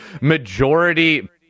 Majority